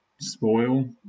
spoil